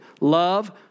Love